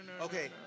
Okay